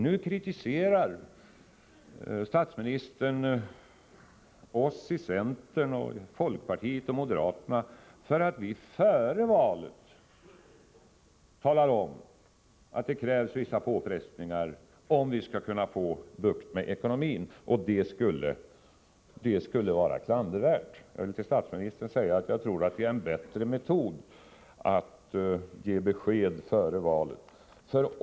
Nu kritiserar statsministern oss i centern — och folkpartiet och moderaterna — för att vi före valet talar om att det krävs vissa påfrestningar om vi skall kunna få bukt med ekonomin. Det skulle vara klandervärt. Jag vill till statsministern säga att jag tror att det är en bättre metod att ge besked före valet.